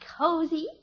cozy